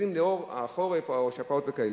אשפוזים עקב החורף או שפעות וכאלה.